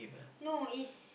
no is